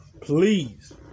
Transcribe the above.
please